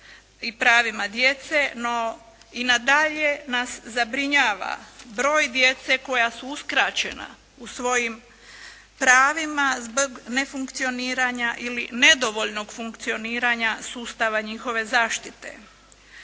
i pravima djece. No, i nadalje nas zabrinjava broj djece koja su uskraćena u svojim pravima zbog nefunkcioniranja ili nedovoljnog funkcioniranja sustava njihove zaštite.